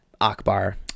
Akbar